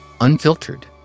unfiltered